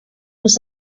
los